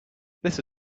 this